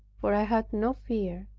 for i had no fear,